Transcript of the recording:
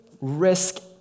risk